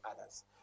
others